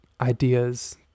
ideas